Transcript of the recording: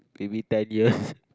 maybe ten years